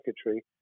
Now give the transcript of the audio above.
secretary